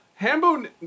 Hambone